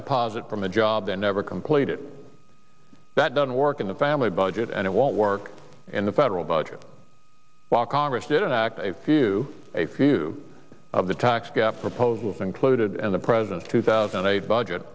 deposit from a job they never completed that doesn't work in the family budget and it won't work in the federal budget while congress did act a few a few of the tax gap proposals included in the president's two thousand and eight budget